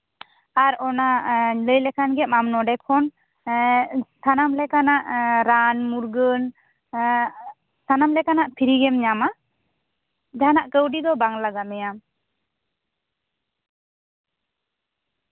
ᱟᱨ ᱚᱱᱟ ᱚᱸᱰᱮ ᱞᱟᱹᱭ ᱞᱮᱠᱷᱟᱱ ᱜᱮ ᱟᱢ ᱚᱸᱰᱮ ᱠᱷᱚᱱ ᱮᱸᱜ ᱥᱟᱱᱟᱢ ᱞᱮᱠᱟᱱᱟᱜ ᱮᱸᱜ ᱨᱟᱱᱼᱢᱩᱨᱜᱟᱹᱱ ᱮᱸᱜ ᱥᱟᱱᱟᱢ ᱞᱮᱠᱟᱱᱟᱜ ᱯᱷᱨᱤ ᱜᱮᱢ ᱧᱟᱢᱟ ᱡᱟᱦᱟᱱᱟᱜ ᱠᱟᱹᱣᱰᱤ ᱫᱚ ᱵᱟᱝ ᱞᱟᱜᱟᱣ ᱢᱮᱭᱟ